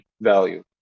value